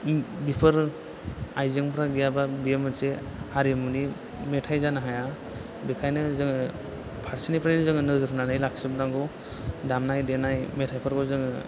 बेफोरो आइजेंफोरा गैयाब्ला बेयो मोनसे हारिमुनि मेथाइ जानो हाया बेखायनो जोङो फारसेनिफ्राय नोजोर होनानै लाखिजोबनांगौ दामनाय देनाय मेथाइफोरखौ जोङो